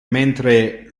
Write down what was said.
mentre